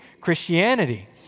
Christianity